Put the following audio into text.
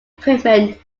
equipment